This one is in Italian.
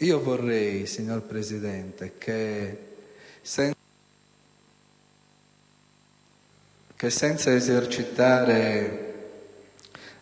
io vorrei, signor Presidente, che senza esercitare